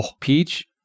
Peach